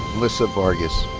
melissa vargas.